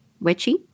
witchy